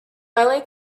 only